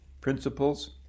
principles